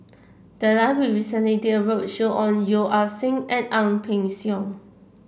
the library recently did a roadshow on Yeo Ah Seng and Ang Peng Siong